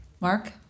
Mark